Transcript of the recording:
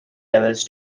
levels